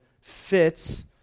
fits